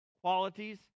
qualities